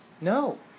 No